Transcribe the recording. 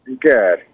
good